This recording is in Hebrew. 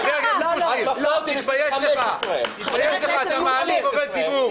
תתבייש לך, אתה מעליב עובד ציבור.